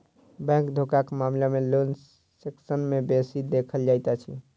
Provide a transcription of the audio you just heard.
bank धोखाक मामिला loan section मे बेसी देखल जाइत अछि